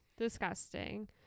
disgusting